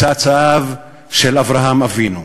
מצאצאיו של אברהם אבינו.